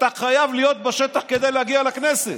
שאתה חייב להיות בשטח כדי להגיע לכנסת.